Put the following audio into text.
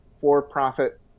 for-profit